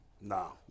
No